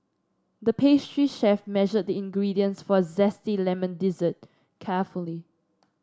the pastry chef measured the ingredients for a zesty lemon dessert carefully